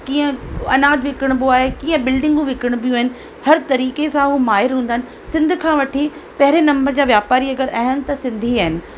कीअं अनाज विकिणबो आहे कीअं बिल्डिंगूं विकिणबियूं आहिनि हर तरीक़े सां उहा माहिर हूंदा आहिनि सिंध खां वठी पहिरें नंबर जा वापारी अगरि आहिनि त सिंधी आहिनि